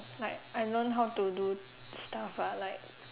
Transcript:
like I learn how to do stuff ah like